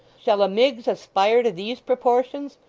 shall a miggs aspire to these proportions!